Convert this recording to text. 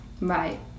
right